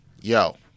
Yo